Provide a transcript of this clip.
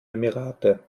emirate